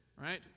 right